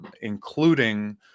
including